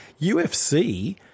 UFC